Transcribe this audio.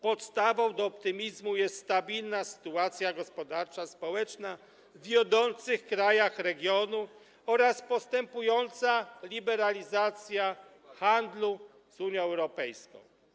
Podstawą do optymizmu jest stabilna sytuacja gospodarcza, społeczna w wiodących krajach regionu oraz postępująca liberalizacja handlu z Unią Europejską.